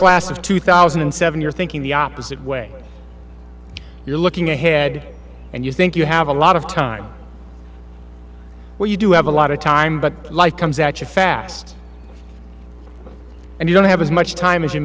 class of two thousand and seven you're thinking the opposite way you're looking ahead and you think you have a lot of time well you do have a lot of time but life comes actually fast and you don't have as much time as you